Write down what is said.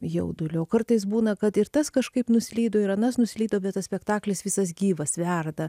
jaudulio kartais būna kad ir tas kažkaip nuslydo ir anas nuslydo bet tas spektaklis visas gyvas verda